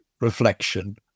reflection